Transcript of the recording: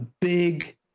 big